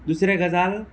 दुसरे गजाल